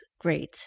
great